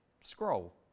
Scroll